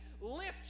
lift